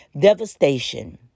devastation